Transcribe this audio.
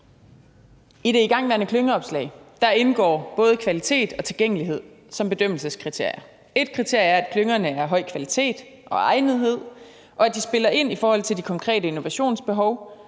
I det igangværende klyngeopslag indgår både kvalitet og tilgængelighed som bedømmelseskriterier. Ét kriterie er, at klyngerne er af høj kvalitet og egnethed, og at de spiller ind i forhold til de konkrete innovationsbehov